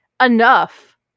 enough